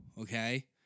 Okay